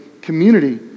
community